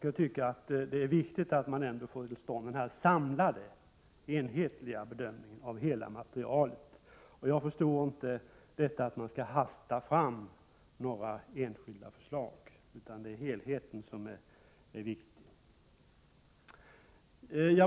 Jag tycker att det är viktigt att ändå få till stånd en samlad, enhetlig bedömning av hela materialet i stället för att hasta fram några enskilda förslag. Det är helheten som är viktig.